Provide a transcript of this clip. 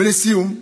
ולסיום,